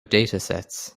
datasets